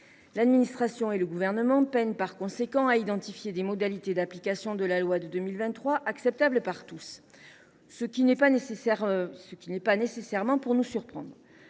l’administration et le Gouvernement peinent à identifier des modalités d’application de la loi de 2023 acceptables par tous, ce qui n’est pas nécessairement pour nous surprendre.